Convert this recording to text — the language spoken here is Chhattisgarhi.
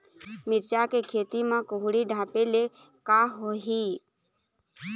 मिरचा के खेती म कुहड़ी ढापे ले का होही?